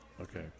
Okay